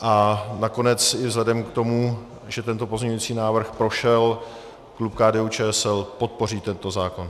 A nakonec i vzhledem k tomu, že tento pozměňující návrh prošel, klub KDUČSL podpoří tento zákon.